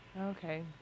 Okay